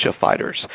fighters